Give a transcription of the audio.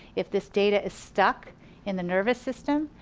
if this data is stuck in the nervous system,